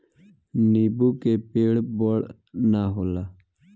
नीबू के पेड़ बड़ ना होला